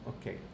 Okay